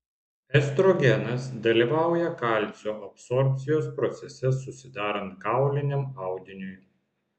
estrogenas dalyvauja kalcio absorbcijos procese susidarant kauliniam audiniui